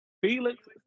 Felix